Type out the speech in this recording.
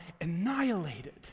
annihilated